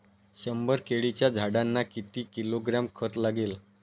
शंभर केळीच्या झाडांना किती किलोग्रॅम खत लागेल?